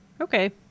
Okay